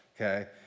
Okay